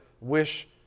wish